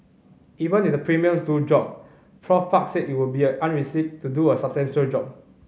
even if the premium to drop Prof Park said it will be unrealistic to do a substantial drop